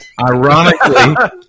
Ironically